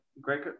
Great